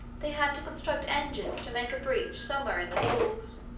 they had to construct engines to make a breach somewhere in the walls,